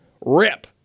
Rip